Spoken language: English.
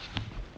day